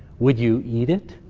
would you eat it?